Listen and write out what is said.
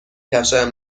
کفشهایم